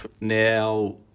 Now